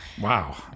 Wow